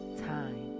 time